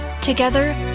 Together